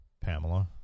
Pamela